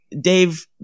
Dave